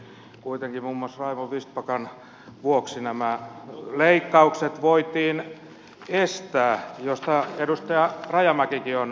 onneksi kuitenkin muun muassa raimo vistbackan vuoksi nämä leikkaukset voitiin estää mistä edustaja rajamäkikin on samaa mieltä